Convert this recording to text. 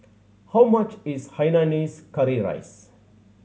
how much is hainanese curry rice